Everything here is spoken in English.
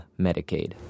Medicaid